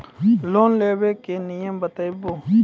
Loan लेबे के नियम बताबू?